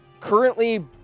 currently